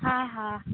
हा हा